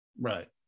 Right